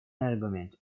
argument